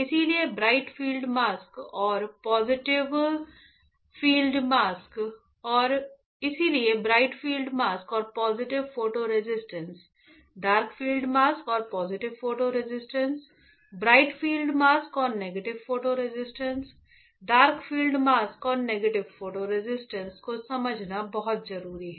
इसलिए bright field mask और positive photo resistance dark field mask और positive photo resistance bright field mask और negative photo resistance dark field mask और negative photo resist को समझना बेहद जरूरी है